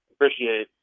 appreciate